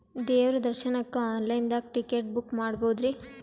ದೇವ್ರ ದರ್ಶನಕ್ಕ online ದಾಗ ಟಿಕೆಟ ಬುಕ್ಕ ಮಾಡ್ಬೊದ್ರಿ?